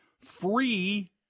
free